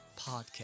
podcast